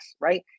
right